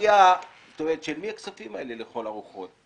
הסוגיה של "של מי הכספים האלה לכל הרוחות?".